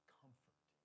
comfort